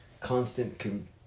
constant